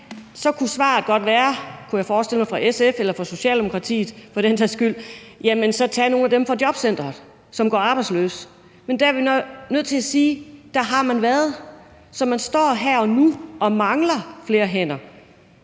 så kunne svaret godt være – kunne jeg godt forestille mig – fra SF eller fra Socialdemokratiet for den sags skyld, at man skulle tage nogle fra jobcenteret, som går arbejdsløse. Men der er vi nødt til at sige, at der har man været. Så man står her og nu og mangler flere hænder.